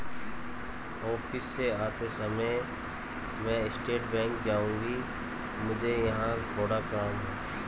office से आते समय मैं स्टेट बैंक जाऊँगी, मुझे वहाँ थोड़ा काम है